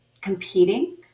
competing